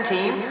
Team